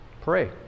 Pray